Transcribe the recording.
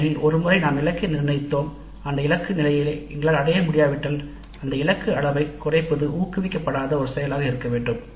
ஏனெனில் ஒரு முறை நாம் இலக்கை நிர்ணயித பின்பு அந்த இலக்கு நிலைகளை எங்களால் அடைய முடியவில்லை என்றால் அந்த இலக்கு அளவைக் குறைப்பது ஊக்குவிக்கப்படாத ஒரு செயலாக இருக்க வேண்டும்